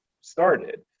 started